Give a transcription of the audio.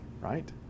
right